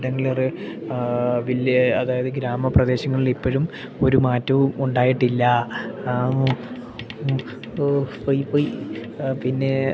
ഇടങ്ങേറ് വലിയ അതായത് ഗ്രാമപ്രദേശങ്ങളിലിപ്പോഴും ഒരു മാറ്റവും ഉണ്ടായിട്ടില്ല പോയി പോയി പിന്നേ